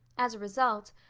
as a result,